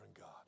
God